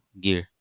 gear